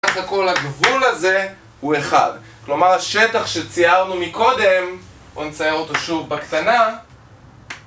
כל הגבול הזה הוא אחד כלומר השטח שציירנו מקודם בוא נצייר אותו שוב בקטנה